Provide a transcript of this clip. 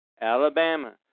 Alabama